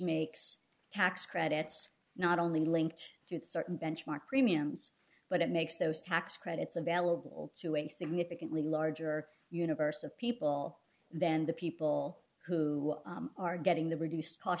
makes tax credits not only linked to certain benchmark premiums but it makes those tax credits available to a significantly larger universe of people than the people who are getting the reduced